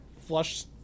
flush